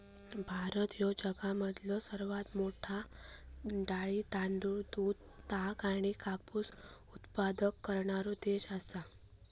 भारत ह्यो जगामधलो सर्वात मोठा डाळी, तांदूळ, दूध, ताग आणि कापूस उत्पादक करणारो देश आसा